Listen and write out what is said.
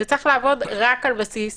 זה צריך לעבוד רק על בסיס